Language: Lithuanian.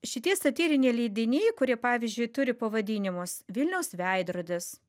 šitie satyrinė leidiniai kurie pavyzdžiui turi pavadinimus vilniaus veidrodis